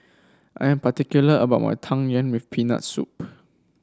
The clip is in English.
I'm particular about my Tang Yuen with Peanut Soup